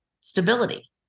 stability